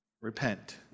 repent